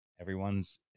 everyone's